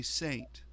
saint